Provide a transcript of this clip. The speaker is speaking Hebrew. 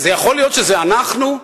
יכול להיות שזה אנחנו?